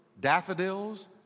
daffodils